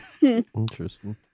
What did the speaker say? Interesting